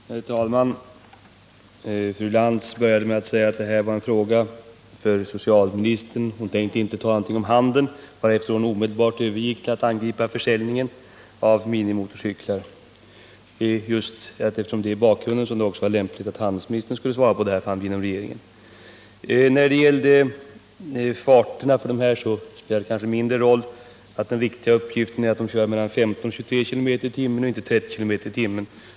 Herr talman! Fru Lantz började med att säga att det här är en fråga för socialministern och att hon inte tänkte tala om handeln — varefter hon omedelbart övergick till att angripa försäljningen av minimotorcyklar. Eftersom det är själva försäljningen som utgör bakgrunden tyckte vi inom regeringen att det var lämpligt att handelsministern svarade på frågan. Det spelar kanske mindre roll, men den riktiga uppgiften beträffande hastigheterna är att cyklarna kan köras med mellan 15 och 23 km tim.